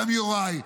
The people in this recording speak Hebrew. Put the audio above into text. גם יוראי,